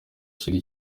trump